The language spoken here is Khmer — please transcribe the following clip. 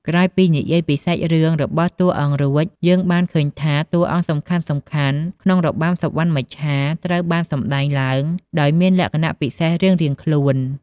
ក្រោយពីនិយាយពីសាច់រឿងរបស់តួអង្គរួច យើងបានឃើញថាតួអង្គសំខាន់ៗក្នុងរបាំសុវណ្ណមច្ឆាត្រូវបានសម្ដែងឡើងដោយមានលក្ខណៈពិសេសរៀងៗខ្លួន។